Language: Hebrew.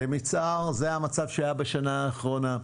למצער זה המצב שהיה בשנה האחרונה.